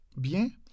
bien